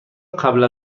قبل